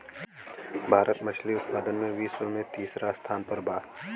भारत मछली उतपादन में विश्व में तिसरा स्थान पर बा